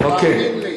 אוקיי.